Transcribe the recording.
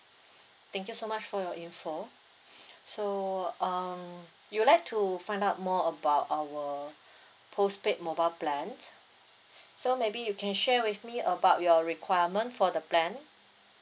thank you so much for your info so um you'd like to find out more about our postpaid mobile plan so maybe you can share with me about your requirement for the plan